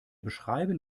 beschreiben